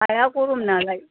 हाया गरम नालाय